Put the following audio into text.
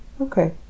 Okay